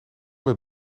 met